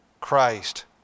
Christ